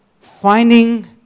Finding